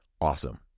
awesome